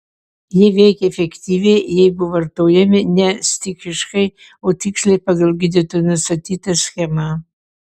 jie veikia efektyviai jeigu vartojami ne stichiškai o tiksliai pagal gydytojo nustatytą schemą